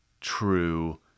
true